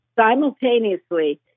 simultaneously